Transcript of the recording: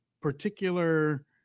particular